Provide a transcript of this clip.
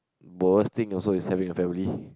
both things is also have a family